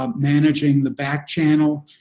um managing the back channel,